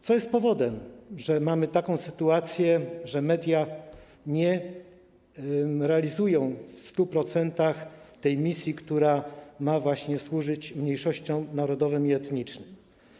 Co jest powodem, że mamy taką sytuację, że media nie realizują w 100% tej misji, która ma służyć mniejszościom narodowym i etnicznym?